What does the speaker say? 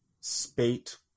spate